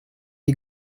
die